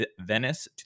Venice